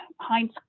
Heinz